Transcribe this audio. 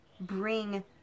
bring